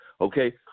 Okay